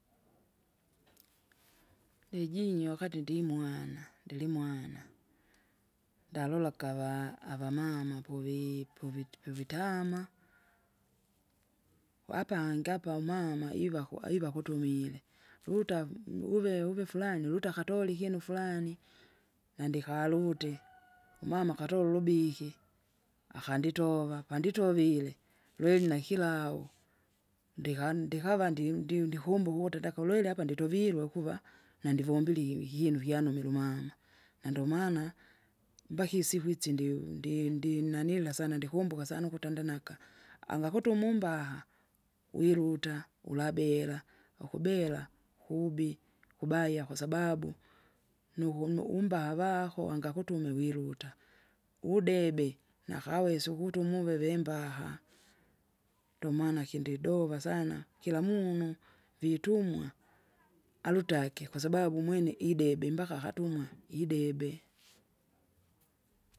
. Ndijinywa wakati ndimwana, ndilimwana, ndalola akava avamama puvi- puviti- puvitama, wapange apa umama ivaku- aivaku akutumile, lutamu uve- uvefurani uluta akatori akyinu furani. Nandikalute, umama akatola ulubiki, akanditova apanditovile, lwine nakiu, ndika- ndikava ndi- ndiu- ndikumbuka ukuti ndakulwile apa nditovilwe ukuva, nandivombiliwi ikinu kyanumile umama. Nandomana, mbaka isiku itsindiu ndi- ndinanila sana ndikumbuka sana ukutandanaka, agakuti umumbaha, wiruta ulabira, ukubera, kuubi, kubaya kwasababu, nukunu umbavako wangakutume wiruta, uwudebe, nakawesa ukutuma uveve imbaha. Ndomana kindidova sana, kila munu, vitumwa alutake kwasababu umwene idebe mbaka akatumwa idebe.